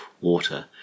water